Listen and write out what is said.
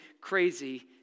crazy